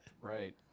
Right